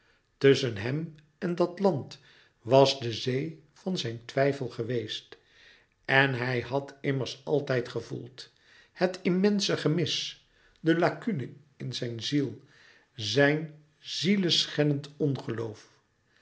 tusschen hem en dat land was de zee van zijn twijfel geweest en hij had immers altijd gevoeld het immense gemis de lacune in zijn ziel zijn zieleschennend ongeloof